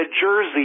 jersey